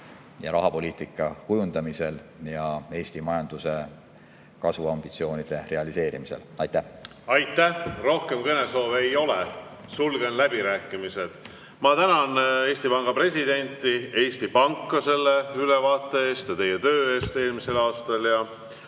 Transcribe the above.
ja rahapoliitika kujundamisel ja Eesti majanduse kasvuambitsioonide realiseerimisel. Aitäh! Aitäh! Rohkem kõnesoove ei ole, sulgen läbirääkimised. Ma tänan Eesti Panga presidenti ja Eesti Panka selle ülevaate eest ja teie töö eest eelmisel aastal